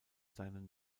seinen